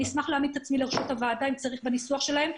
ואני אשמח להעמיד את עצמי לרשות הוועדה בניסוח שלהם.